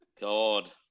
God